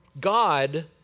God